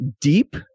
deep